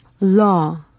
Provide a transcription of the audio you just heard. law